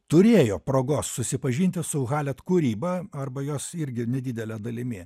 turėjo progos susipažinti su halet kūryba arba jos irgi nedidele dalimi